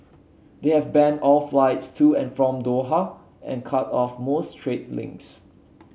they have banned all flights to and from Doha and cut off most trade links